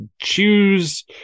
choose